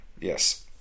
Yes